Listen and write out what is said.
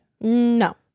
No